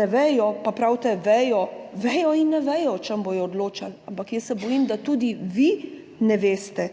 ne vejo, pa pravite vejo, vejo in ne vedo o čem bodo odločali, ampak jaz se bojim, da tudi vi ne veste